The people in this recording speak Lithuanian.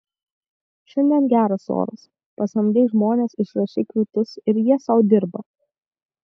šiandien geras oras pasamdei žmones išrašei kvitus ir jie sau dirba